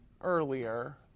earlier